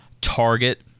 Target